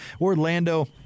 Orlando